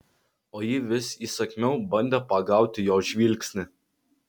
o ji vis įsakmiau bandė pagauti jo žvilgsnį